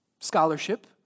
scholarship